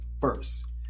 first